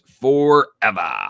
forever